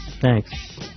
thanks